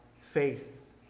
faith